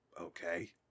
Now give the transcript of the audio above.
Okay